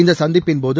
இந்த சந்திப்பின்போது